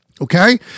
Okay